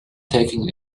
taking